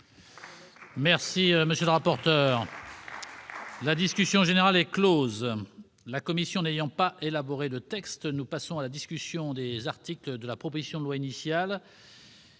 défriché le sujet. La discussion générale est close. La commission n'ayant pas élaboré de texte, nous passons à la discussion des articles de la proposition de loi initiale.